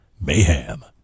Mayhem